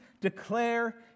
declare